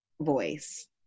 voice